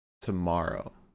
tomorrow